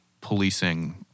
policing